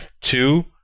two